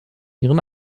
ihren